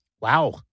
Wow